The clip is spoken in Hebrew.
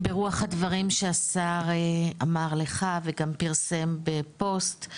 ברוח הדברים שהשר אמר לך וגם פרסם בפוסט,